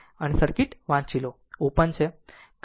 તેથી જો સર્કિટ વાંચી લો તો આ ઓપન છે